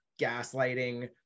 gaslighting